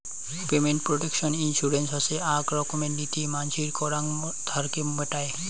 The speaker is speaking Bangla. পেমেন্ট প্রটেকশন ইন্সুরেন্স হসে আক রকমের নীতি মানসির করাং ধারকে মেটায়